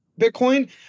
Bitcoin